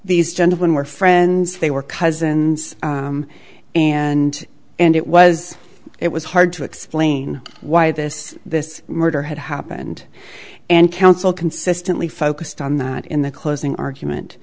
these gentlemen were friends they were cousins and and it was it was hard to explain why this this murder had happened and counsel consistently focused on that in the closing argument